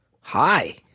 Hi